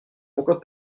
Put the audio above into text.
pourquoi